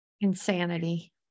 insanity